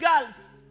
girls